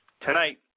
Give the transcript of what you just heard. Tonight